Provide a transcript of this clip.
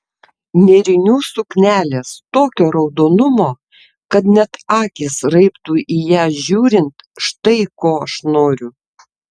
nėrinių suknelės tokio raudonumo kad net akys raibtų į ją žiūrint štai ko aš noriu